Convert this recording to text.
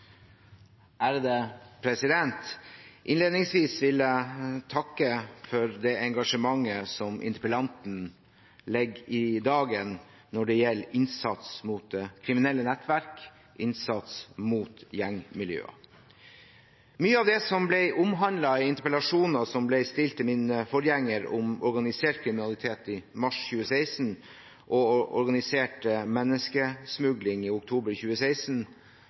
engasjementet som interpellanten legger for dagen når det gjelder innsats mot kriminelle nettverk og gjengmiljøer. Mye av det som ble tatt opp i interpellasjoner som ble stilt til min forgjenger om organisert kriminalitet i mars 2016 og organisert menneskesmugling i oktober 2016,